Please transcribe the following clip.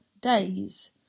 days